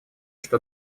что